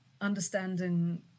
understanding